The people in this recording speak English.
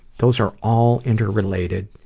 those are all interrelated,